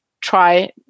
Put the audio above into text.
try